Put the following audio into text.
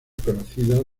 conocidas